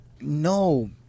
No